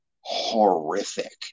horrific